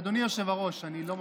אדוני היושב-ראש, אני לא מצליח,